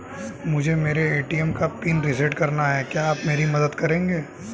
मुझे मेरे ए.टी.एम का पिन रीसेट कराना है क्या आप मेरी मदद करेंगे?